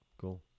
cool